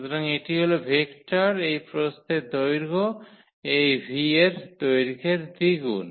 সুতরাং এটি হল ভেক্টর এই প্রস্থের দৈর্ঘ্য এই v এর দৈর্ঘের দ্বিগুণ